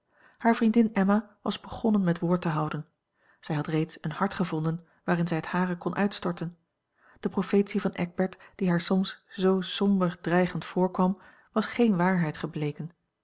haar vriendin emma was begonnen met woord te houden zij had reeds een hart gevonden waarin zij het hare kon uitstorten de profetie van eckbert die haar soms zoo somber dreigend voorkwam was geene waarheid gebleken